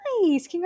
Nice